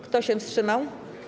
Kto się wstrzymał?